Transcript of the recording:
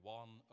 one